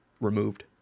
removed